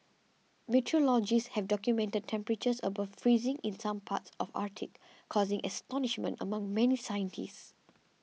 meteorologists have documented temperatures above freezing in some parts of the Arctic causing astonishment among many scientists